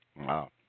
wow